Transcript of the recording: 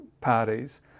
parties